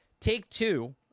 Take-Two